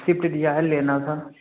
Swift Dzire लेना था